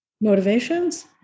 motivations